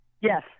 yes